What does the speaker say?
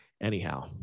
anyhow